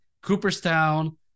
Cooperstown